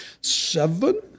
Seven